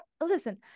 listen